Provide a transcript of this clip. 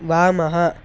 वामः